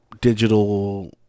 Digital